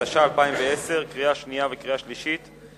התש"ע 2010, קריאה שנייה וקריאה שלישית.